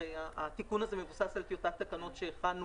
הרי התיקון הזה מבוסס על טיוטת תקנות שהכנו